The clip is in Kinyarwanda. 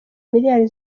miliyari